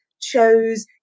chose